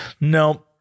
No